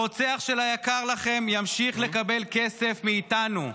הרוצח של היקר לכם ימשיך לקבל מאיתנו כסף,